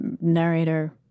narrator